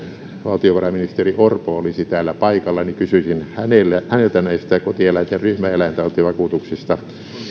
valtiovarainministeri orpo olisi täällä paikalla niin kysyisin häneltä näistä kotieläinten ryhmäeläintautivakuutuksista